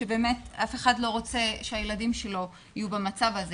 שבאמת אף אחד לא רוצה שהילדים שלו יהיו במצב הזה,